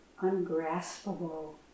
ungraspable